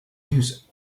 use